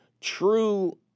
true